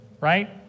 right